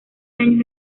años